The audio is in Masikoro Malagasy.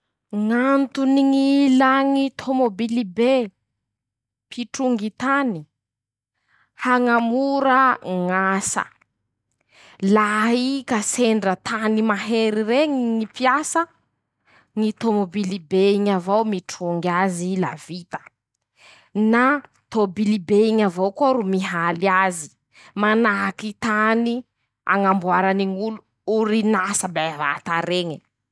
Ñ'antony ñ'ilà ñy tômôbily be pitrongy tany: -Hañamora ñ'asa laha ii ka sendra tany mahery reñy ñy piasaa, ñy tômôbily be iñy avao mitrongy azy la vita, na tôbily be iñy avao koa ro mihaly azy, manahaky tany añamboarany ñ'olo orin'asa bevata reñy.